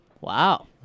Wow